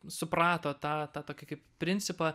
suprato tą tą tokį kaip principą